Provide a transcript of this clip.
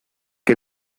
que